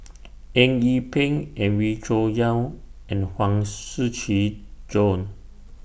Eng Yee Peng Wee Cho Yaw and Huang Shiqi Joan